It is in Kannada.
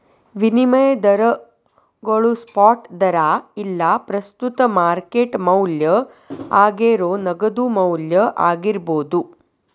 ವಿನಿಮಯ ದರಗೋಳು ಸ್ಪಾಟ್ ದರಾ ಇಲ್ಲಾ ಪ್ರಸ್ತುತ ಮಾರ್ಕೆಟ್ ಮೌಲ್ಯ ಆಗೇರೋ ನಗದು ಮೌಲ್ಯ ಆಗಿರ್ಬೋದು